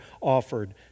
offered